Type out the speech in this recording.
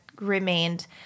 remained